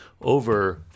over